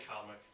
comic